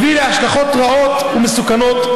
יש לו השלכות רעות ומסוכנות,